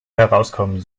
herauskommen